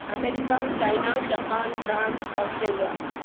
America China Japan France Australia